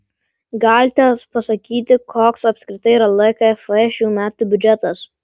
galite pasakyti koks apskritai yra lkf šių metų biudžetas